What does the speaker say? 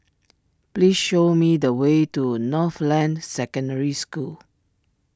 please show me the way to Northland Secondary School